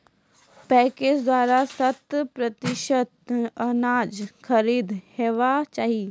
PACS द्वारा शत प्रतिसत अनाज खरीद हेवाक चाही?